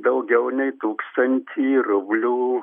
daugiau nei tūkstantį rublių